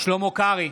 שלמה קרעי,